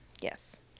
yes